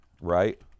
right